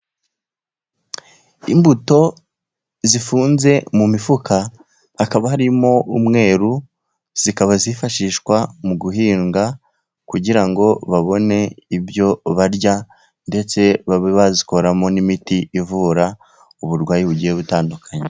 Imbuto zifunze mu mifuka, hakaba harimo umweru, zikaba zifashishwa mu guhinga, kugira ngo babone ibyo barya, ndetse babe bazikoramo n'imiti ivura uburwayi bugiye butandukanye.